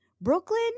Brooklyn